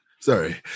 Sorry